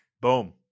boom